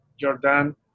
Jordan